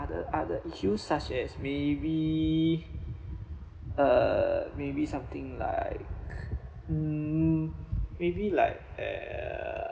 other other issues such as maybe uh maybe something like mm maybe like uh